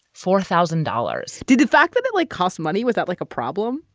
four thousand dollars. did the fact that it like cost money, was that like a problem?